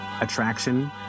attraction